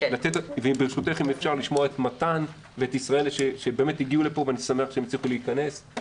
ואם אפשר לשמוע את מתן וישראלה שהגיעו לפה ואני שמח שהם הצליחו להכנס.